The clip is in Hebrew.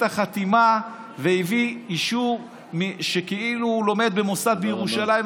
החתימה והביא אישור שכאילו הוא לומד במוסד בירושלים,